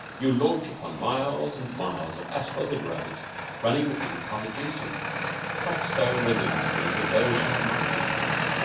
you launch upon miles and miles of asphalted roads running between cottages and cut-stone residences of those who have money and peace.